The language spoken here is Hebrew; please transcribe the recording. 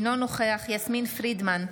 אינו נוכח יסמין פרידמן,